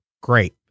Great